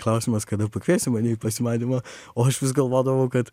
klausimas kada pakviesi mane į pasimatymą o aš vis galvodavau kad